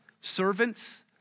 Servants